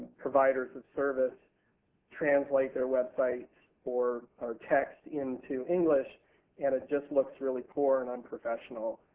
providers of service translate their websites or or text into english and it just looks really poor and unprofessional.